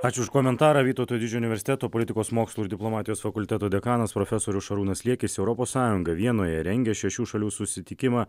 ačiū už komentarą vytauto didžiojo universiteto politikos mokslų ir diplomatijos fakulteto dekanas profesorius šarūnas liekis europos sąjunga vienoje rengia šešių šalių susitikimą